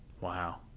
Wow